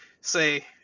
say